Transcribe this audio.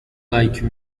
like